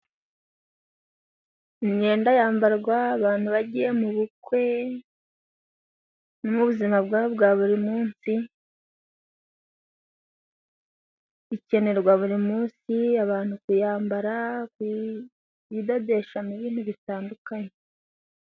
Imyenda yambarwa bagiye mubukwe mu ubuzima bwa buri munsi, ikenerwa buri munsi abantu kuyambara, kuyidodeshamo ibintu bitandukanye.